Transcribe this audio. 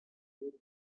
urbà